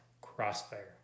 Crossfire